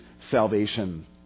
salvation